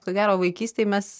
ko gero vaikystėj mes